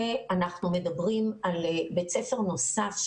אנחנו מדברים על בית ספר נוסף,